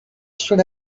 should